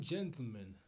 Gentlemen